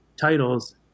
titles